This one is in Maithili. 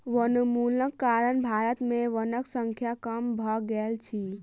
वनोन्मूलनक कारण भारत में वनक संख्या कम भ गेल अछि